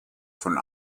von